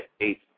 Eight